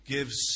Gives